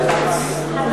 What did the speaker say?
וחברותי,